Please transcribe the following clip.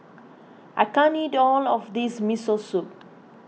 I can't eat all of this Miso Soup